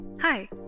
Hi